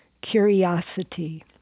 curiosity